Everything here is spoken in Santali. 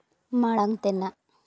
ᱢᱟᱲᱟᱝ ᱛᱮᱱᱟᱜ